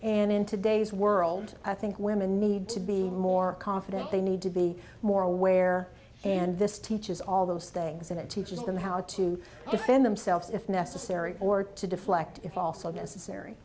and in today's world i think women need to be more confident they need to be more aware and this teaches all those things and it teaches them how to defend themselves if necessary or to deflect it also